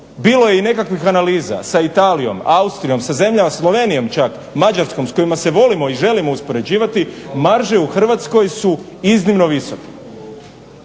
Bilo je i nekakvih analiza sa Italijom, Austrijom, sa zemljama Slovenijom čak, Mađarskom s kojima se volimo i želimo uspoređivati marže u Hrvatskoj su iznimno visoke.